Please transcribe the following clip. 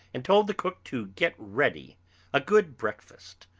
and told the cook to get ready a good breakfast.